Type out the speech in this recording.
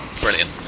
brilliant